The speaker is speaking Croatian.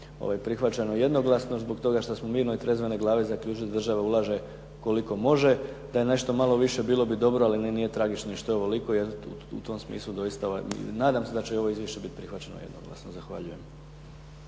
prihvaćeno jednoglasno zbog toga što smo mirno i trezvene glave zaključili da država ulaže koliko može. Da je nešto malo više bilo bi dobro ali nije tragično što je ovoliko. U tom smislu nadam se da će i ovo izvješće biti prihvaćeno jednoglasno. Zahvaljujem.